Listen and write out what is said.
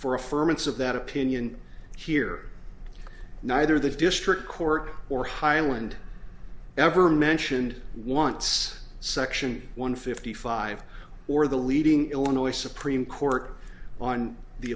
for affirmative that opinion here neither the district court or highland ever mentioned wants section one fifty five or the leading illinois supreme court on the